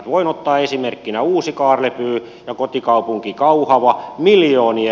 voin ottaa esimerkkinä uusikaarlepyyn ja kotikaupunkini kauhavan